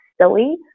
silly